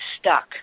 stuck